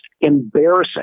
embarrassing